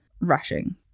rushing